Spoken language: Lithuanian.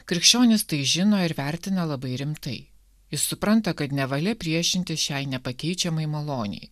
krikščionys tai žino ir vertina labai rimtai jis supranta kad nevalia priešintis šiai nepakeičiamai malonei